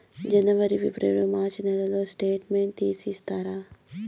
జనవరి, ఫిబ్రవరి, మార్చ్ నెలల స్టేట్మెంట్ తీసి ఇస్తారా?